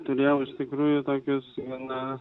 turėjau iš tikrųjų tokius na